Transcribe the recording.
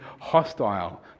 hostile